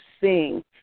sing